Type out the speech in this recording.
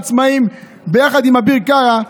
ביחד עם אביר קארה,